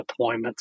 deployments